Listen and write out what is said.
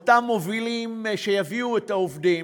אותם מובילים שיביאו את העובדים,